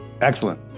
Excellent